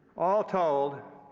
all told,